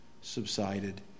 subsided